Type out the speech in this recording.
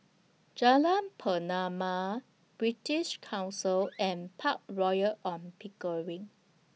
Jalan Pernama British Council and Park Royal on Pickering